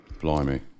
Blimey